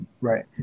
Right